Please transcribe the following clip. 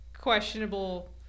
questionable